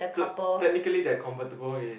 so technically that convertible is